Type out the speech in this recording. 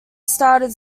started